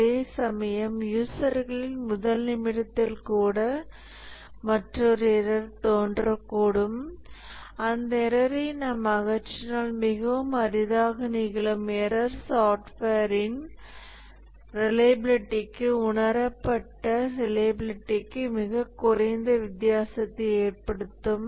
அதேசமயம் யூசர்களின் முதல் நிமிடத்தில் கூட மற்றொரு எரர் தோன்றக்கூடும் அந்த எரர்ரை நாம் அகற்றினால் மிகவும் அரிதாக நிகழும் எரர் சாஃப்ட்வேரின் ரிலையபிலிட்டிக்கு உணரப்பட்ட ரிலையபிலிடிக்கு மிகக் குறைந்த வித்தியாசத்தை ஏற்படுத்தும்